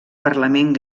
parlament